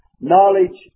knowledge